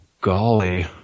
golly